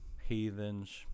heathens